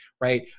right